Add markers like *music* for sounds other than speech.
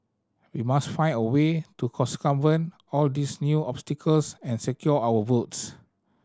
we must find a way to *unintelligible* all these new obstacles and secure our votes